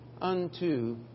unto